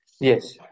Yes